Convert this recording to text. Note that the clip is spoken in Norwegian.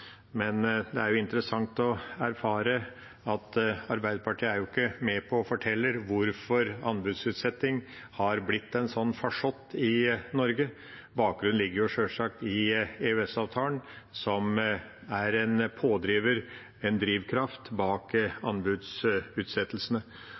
Men det er interessant å erfare at Arbeiderpartiet ikke er med på å fortelle hvorfor anbudsutsetting er blitt en slik farsott i Norge. Bakgrunnen ligger sjølsagt i EØS-avtalen, som er en pådriver og en drivkraft bak